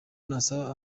nasaba